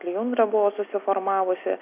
lijundra buvo susiformavusi